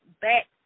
back